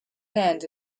land